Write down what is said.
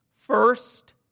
First